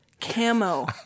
Camo